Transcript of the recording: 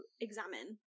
examine